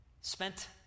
spent